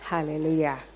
Hallelujah